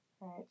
right